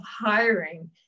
hiring